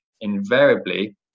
invariably